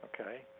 okay